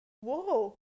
whoa